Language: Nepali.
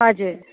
हजुर